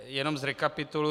Jenom zrekapituluji.